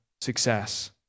success